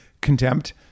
contempt